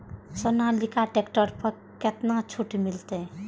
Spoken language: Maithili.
सोनालिका ट्रैक्टर पर केतना छूट मिलते?